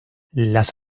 las